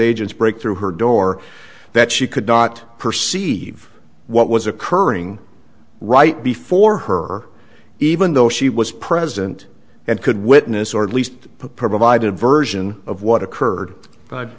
agents break through her door that she could not perceive what was occurring right before her even though she was present and could witness or at least provided version of what occurred